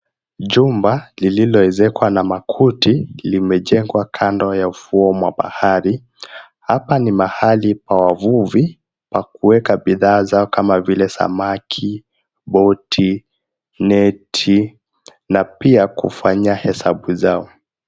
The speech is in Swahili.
Jumba, lililoezekwa na makuti, limejengwa kando ya ufuo mwa bahari. Hapa ni mahali pa wavuvi pa kuweka bidhaa zao kama vile samaki, boti, neti na pia kufanya hesabu zao.